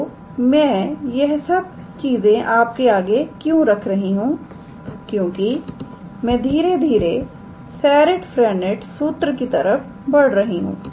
तो मैं यह सब चीजें आपके आगे क्यों रख रही हूं क्योंकि मैं धीरे धीरे सेरिट फ्रेंनेट सूत्र की तरफ बढ़ रही हूं